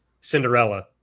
Cinderella